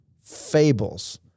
fables